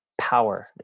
power